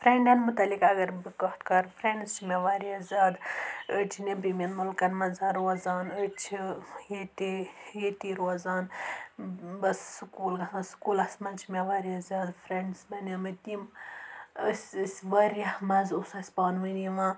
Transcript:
فرٛیٚنٛڈَن متعلق اگر بہٕ کَتھ کَرٕ فرٛیٚنٛڈٕز چھِ مےٚ واریاہ زیادٕ أڑۍ چھِ نیٚبرِمِیٚن مُلکَن منٛز روزان أڑۍ چھِ ییٚتیٚے ییٚتی روزان بہٕ ٲسٕس سکوٗل گژھان سکوٗلَس منٛز چھِ مےٚ واریاہ زیادٕ فرٛیٚنٛڈٕز بَنیٛامِتۍ یِم أسۍ ٲسۍ واریاہ مَزٕ اوس اسہِ پانہٕ وٲنۍ یِوان